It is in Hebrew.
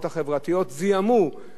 זיהמו את המחאות.